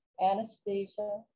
anesthesia